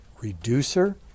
reducer